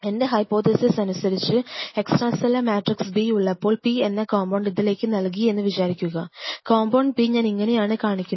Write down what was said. എൻറെ ഹൈപോതെസിസ് അനുസരിച്ച് extra cellular matrix B ഉള്ളപ്പോൾ P എന്ന കോമ്പൌണ്ട് ഇതിലേക്ക് നൽകി എന്ന് വിചാരിക്കുക കോമ്പൌണ്ട് P ഞാൻ ഇങ്ങനെയാണ് കാണിക്കുന്നത്